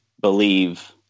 believe